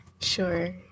Sure